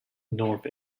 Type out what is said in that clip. north